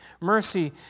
mercy